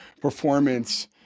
performance